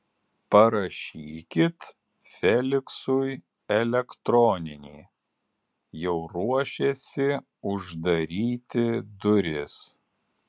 parašykit feliksui elektroninį jau ruošėsi uždaryti duris